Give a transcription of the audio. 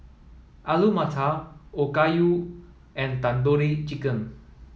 Alu Matar Okayu and Tandoori Chicken